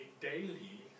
daily